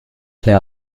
play